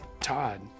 Todd